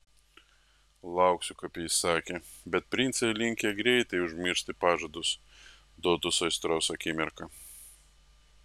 lauksiu kaip jis įsakė bet princai linkę greitai užmiršti pažadus duotus aistros akimirką